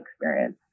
experience